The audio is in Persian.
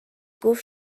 گفت